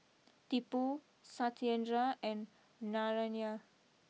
Tipu Satyendra and Narayana